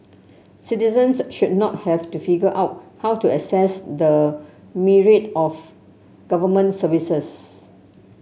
citizens should not have to figure out how to access the myriad of Government services